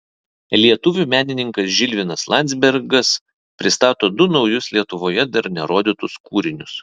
lietuvių menininkas žilvinas landzbergas pristato du naujus lietuvoje dar nerodytus kūrinius